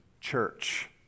church